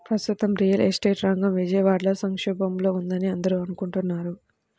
ప్రస్తుతం real estate రంగం విజయవాడలో సంక్షోభంలో ఉందని అందరూ అనుకుంటున్నారు